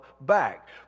back